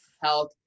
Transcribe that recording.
health